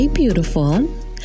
beautiful